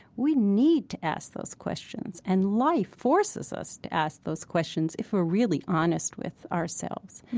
we need to ask those questions, and life forces us to ask those questions if we're really honest with ourselves.